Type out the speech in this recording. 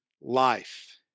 life